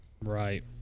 Right